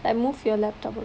and move your laptop a